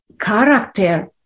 character